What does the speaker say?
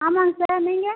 ஆமாம்ங்க சார் நீங்கள்